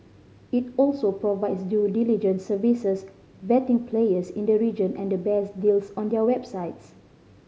it also provides due diligence services vetting players in the region and the best deals on their websites